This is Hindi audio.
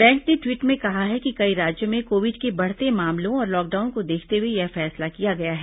बैंक ने टवीट में कहा है कि कई राज्यों में कोविड के बढ़ते मामलों और लॉकडाउन को देखते हुए यह फैसला किया गया है